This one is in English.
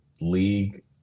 league